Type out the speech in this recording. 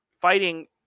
fighting